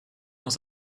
muss